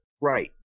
Right